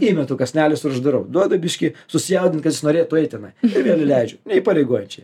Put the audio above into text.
įmetu kąsnelius ir uždarau duodu biškį susijaudint kad jis norėtų eit tenai ir vėl įleidžiu neįpareigojančiai